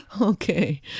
Okay